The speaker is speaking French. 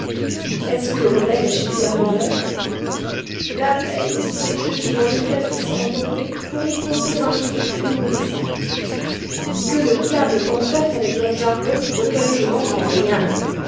est-ce que le rebelle est chez pierre morlaix l'abeille se réfugie dans le calice embaumé pour y pomper un suc nourrissant que le diable l'emporte avec ton jargon auquel je n'entends rien